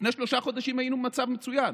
לפני שלושה חודשים היינו במצב מצוין,